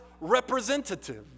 representative